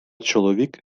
чоловік